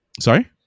Sorry